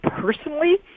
personally